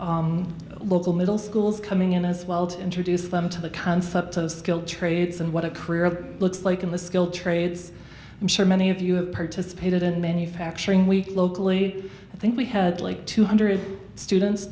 have local middle schools coming in as well to introduce them to the concept of skilled trades and what a career of looks like in the skilled trades i'm sure many of you have participated in manufacturing we locally i think we had like two hundred students